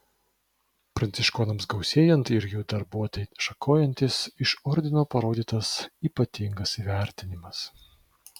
pranciškonams gausėjant ir jų darbuotei šakojantis iš ordino parodytas ypatingas įvertinimas